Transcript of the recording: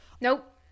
nope